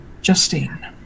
Justine